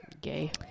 Gay